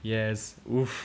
yes !oof!